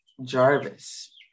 Jarvis